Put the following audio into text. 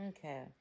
Okay